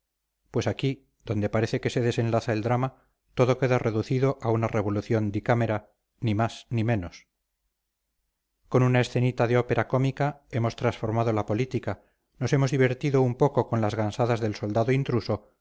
pues aquí donde parece que se desenlaza el drama todo queda reducido a una revolución di camera ni más ni menos con una escenita de ópera cómica hemos transformado la política nos hemos divertido un poco con las gansadas del soldado intruso